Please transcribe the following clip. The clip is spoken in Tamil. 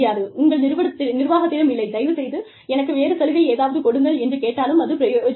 உங்கள் நிர்வாகத்திடம் இல்லை தயவுசெய்து எனக்கு வேறு சலுகை ஏதாவது கொடுங்கள் என்று கேட்டாலும் அது பிரயோஜனமில்லை